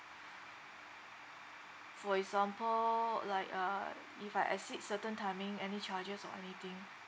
for example like uh if I exceed certain timing any charges or anything